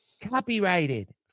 Copyrighted